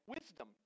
wisdom